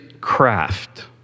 craft